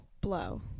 Blow